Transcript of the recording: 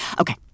Okay